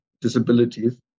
disabilities